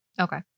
Okay